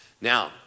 Now